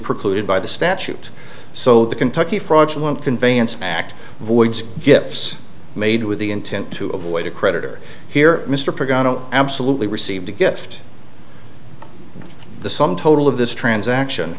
precluded by the statute so the kentucky fraudulent conveyance act voids gifts made with the intent to avoid a creditor here mr absolutely received a gift the sum total of this transaction